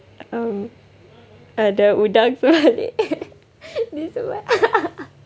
um ada udang sebalik ini semua